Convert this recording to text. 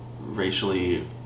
racially